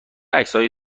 عکسهای